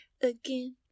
again